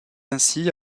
ainsi